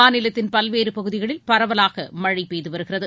மாநிலத்தின் பல்வேறு பகுதிகளில் பரவலாக மழை பெய்து வருகிறது